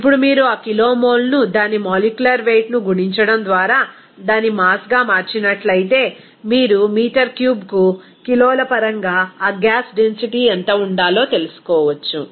ఇప్పుడు మీరు ఆ కిలోమోల్ను దాని మాలిక్యులర్ వెయిట్ ను గుణించడం ద్వారా దాని మాస్ గా మార్చినట్లయితే మీరు మీటర్ క్యూబ్కు కిలోల పరంగా ఆ గ్యాస్ డెన్సిటీ ఎంత ఉండాలో తెలుసుకోవచ్చు